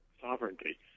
sovereignty